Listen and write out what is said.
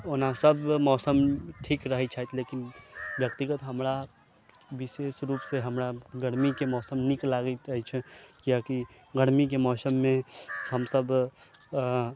ओना सब मौसम ठीक रहै छथि लेकिन व्यक्तिगत हम हमरा विशेष रूप से हमरा गरमी के मौसम नीक लागैत अछि कियाकि गरमी के मौसम मे हमसब